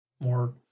more